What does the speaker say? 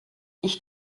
ich